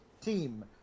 team